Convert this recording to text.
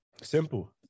simple